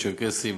לצ'רקסים,